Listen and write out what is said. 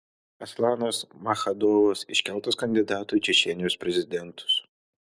aslanas maschadovas iškeltas kandidatu į čečėnijos prezidentus